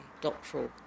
doctoral